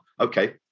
okay